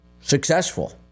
Successful